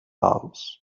aus